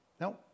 No